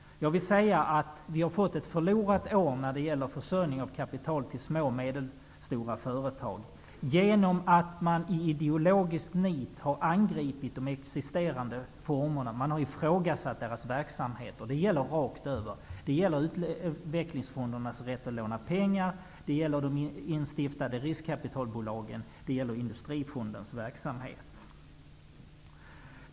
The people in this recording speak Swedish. Vi har fått ett förlorat år när det gäller försörjning av kapital till små och medelstora företag genom att regeringen i ideologiskt nit har angripit de existerande formerna. Man har ifrågasatt deras verksamhet, och det gäller rakt över. Det gäller utvecklingsfondernas rätt att låna pengar, de instiftade riskkapitalbolagen och Industrifondens verksamhet.